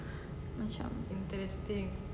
macam